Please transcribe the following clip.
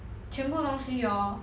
全部东西 hor